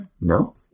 No